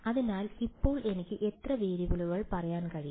അതിനാൽ ഇപ്പോൾ എനിക്ക് എത്ര വേരിയബിളുകൾ പറയാൻ കഴിയും